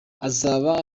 azaba